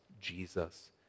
Jesus